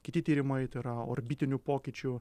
kiti tyrimai tai yra orbitinių pokyčių